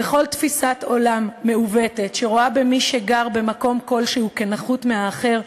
וכל תפיסת עולם מעוותת שרואה במי שגר במקום כלשהו נחות מהאחר,